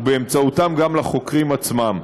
ובאמצעותם גם לחוקרים עצמם.